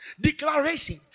declaration